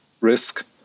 risk